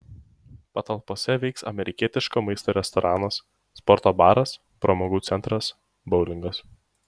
patalpose veiks amerikietiško maisto restoranas sporto baras pramogų centras boulingas